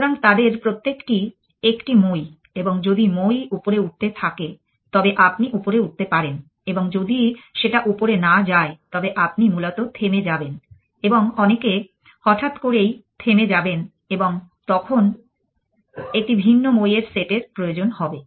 সুতরাং তাদের প্রত্যেকটি একটি মই এবং যদি মই উপরে উঠতে থাকে তবে আপনি উপরে উঠতে পারেন এবং যদি সেটা উপরে না যায় তবে আপনি মূলত থেমে যাবেন এবং অনেকে হঠাৎ করেই থেমে যাবেন এবং তখন একটি ভিন্ন মইয়ের সেটের প্রয়োজন হবে